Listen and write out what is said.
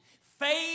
Faith